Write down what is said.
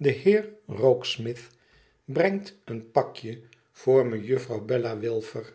tde heer rokesmith brengt een pakje voor mejuffrouw bella wilfer